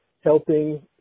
helping